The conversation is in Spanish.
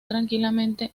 tranquilamente